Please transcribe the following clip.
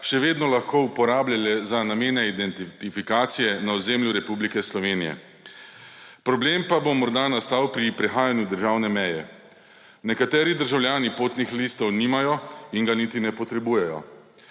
še vedno lahko uporabljale za namene identifikacije na ozemlju Republike Slovenije. Problem pa bo morda nastal pri prehajanju državne meje. Nekateri državljani potnih listov nimajo in ga niti ne potrebujejo.